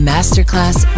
Masterclass